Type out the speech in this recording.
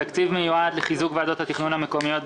התקציב מיועד לחיזוק ועדות התכנון המקומיות,